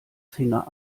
finger